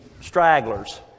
Stragglers